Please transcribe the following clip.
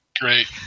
Great